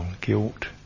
guilt